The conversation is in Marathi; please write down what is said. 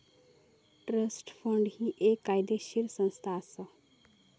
ट्रस्ट फंड ही एक कायदेशीर संस्था असा